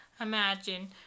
imagine